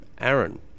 Aaron